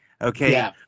okay